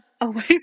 away